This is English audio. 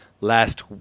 last